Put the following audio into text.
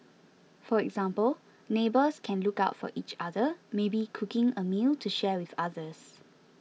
for example neighbours can look out for each other maybe cooking a meal to share with others